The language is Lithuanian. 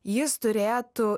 jis turėtų